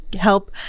help